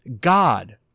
God